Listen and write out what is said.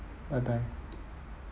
bye bye